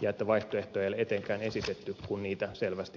ja että vaihtoehtoja ei ole etenkään esitetty kun niitä selvästi on esitetty